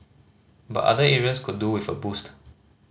but other areas could do with a boost